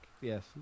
Yes